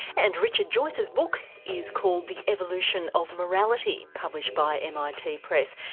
and richard joyce's book is called the evolution of morality published by mit press.